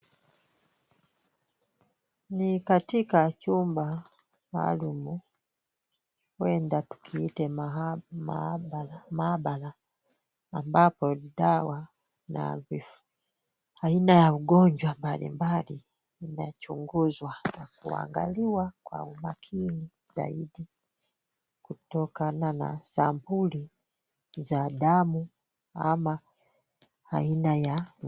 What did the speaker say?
Ni katika chumba maalum. Huenda tukiite maabara, ambapo dawa ya aina ya ugonjwa mbalimbali, inachunguzwa na kuangaliwa kwa umakini zaidi kutokana na sampuli za damu, ama aina ya....